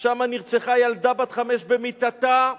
שם נרצחה ילדה בת חמש במיטתה,